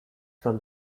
from